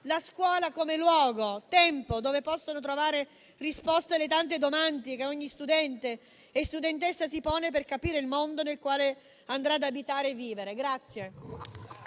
La scuola come luogo e tempo dove possono trovare risposte le tante domande che ogni studente e studentessa si pongono per capire il mondo nel quale andranno ad abitare e a vivere.